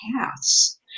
paths